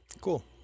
Cool